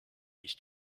ist